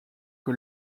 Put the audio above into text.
que